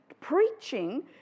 preaching